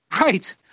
Right